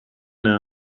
now